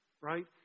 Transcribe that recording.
Right